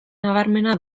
nabarmena